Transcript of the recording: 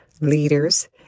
leaders